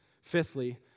fifthly